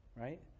right